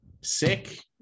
sick